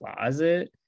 closet